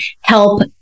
help